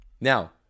Now